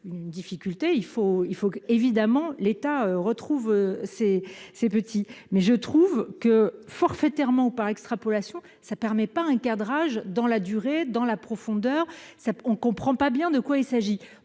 une difficulté, il faut, il faut évidemment l'État retrouve ses ses petits mais je trouve que forfaitairement par extrapolation, ça permet pas un cadrage dans la durée, dans la profondeur, ça on comprend pas bien de quoi il s'agit